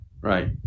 Right